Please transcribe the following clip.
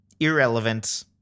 Irrelevant